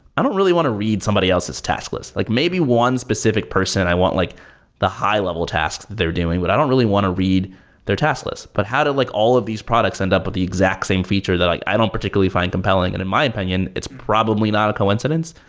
i don't really want to read somebody else's task list. like maybe one specific person, i want like the high level tasks they're doing. but i don't really want to read their task list. but how do like all of these products end up with the exact same feature that i i don't particularly find compelling? and in my opinion, it's probably not a coincidence.